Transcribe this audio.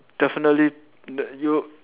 definitely that you